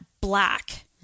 black